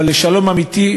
אבל לשלום אמיתי,